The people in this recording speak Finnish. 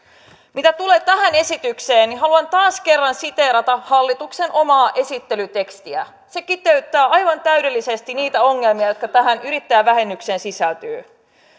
mitä tulee tähän esitykseen niin haluan taas kerran siteerata hallituksen omaa esittelytekstiä se kiteyttää aivan täydellisesti niitä ongelmia jotka tähän yrittäjävähennykseen sisältyvät